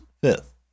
fifth